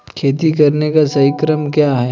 खेती करने का सही क्रम क्या है?